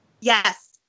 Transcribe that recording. Yes